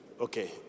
Okay